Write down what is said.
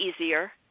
easier